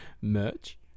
Merch